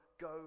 go